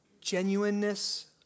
genuineness